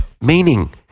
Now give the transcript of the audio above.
Meaning